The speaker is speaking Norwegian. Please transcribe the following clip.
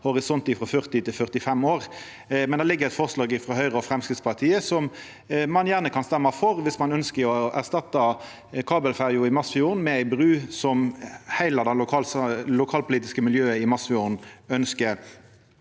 horisont frå 40 til 45 år. Det ligg då eit forslag frå Høgre og Framstegspartiet som ein gjerne kan stemma for viss ein ønskjer å erstatta kabelferja i Masfjorden med ei bru, som heile det lokalpolitiske miljøet i Masfjorden ønskjer.